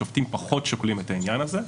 שופטים פחות שוקלים את העניין הזה.